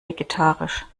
vegetarisch